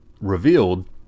revealed